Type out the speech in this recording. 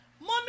Mommy